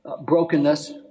brokenness